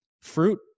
fruit